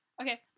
Okay